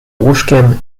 łóżkiem